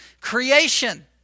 creation